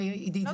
עידית,